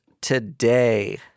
today